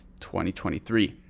2023